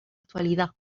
actualidad